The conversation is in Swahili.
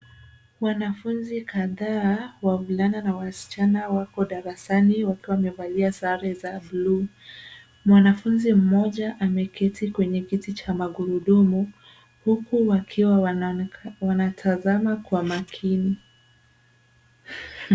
Wanafunzi kadhaa wavulana na wasichana wako darasani, wakiwa wamevalia sare za blue . Mwanafunzi mmoja ameketi kwenye kiti cha magurudumu, huku wakiwa wanatazama kwa makini.